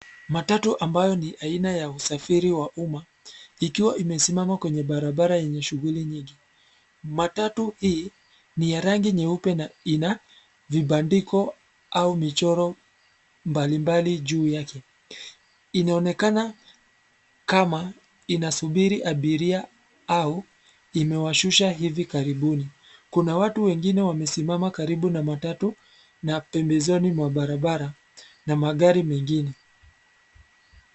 Matatu ambayo ni aina ya usafiri wa umma ikiwa imesimama kwenye barabara yenye shughuli nyingi. Matatu hii, ni ya rangi nyeupe na ina vibandiko au michoro mbalimbali juu yake. Inaonekana kama inasubiri abiria au imewashusha hivi karibuni. Kuna watu wengine wamesimama karibu na matatu na pembezoni mwa barabara na magari mengine.